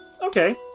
Okay